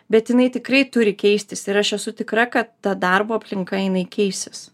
bet jinai tikrai turi keistis ir aš esu tikra kad ta darbo aplinka jinai keisis